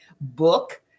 book